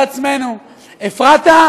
הפרעת?